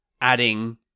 adding